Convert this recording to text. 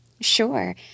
Sure